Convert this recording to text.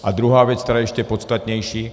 A druhá věc, která je ještě podstatnější.